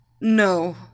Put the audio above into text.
No